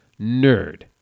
nerd